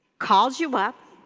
calls you up,